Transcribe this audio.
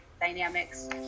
dynamics